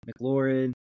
McLaurin